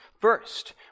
First